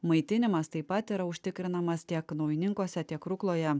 maitinimas taip pat yra užtikrinamas tiek naujininkuose tiek rukloje